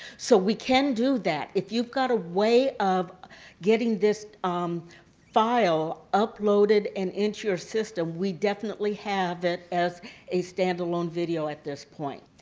so we can do that. if you've got a way of getting this um file uploaded and into your system we definitely have it as a stand-alone video at this point.